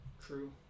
true